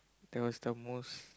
that was the most